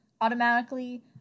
automatically